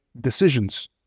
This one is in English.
decisions